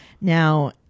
Now